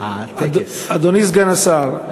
אדוני סגן השר,